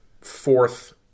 fourth